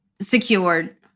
secured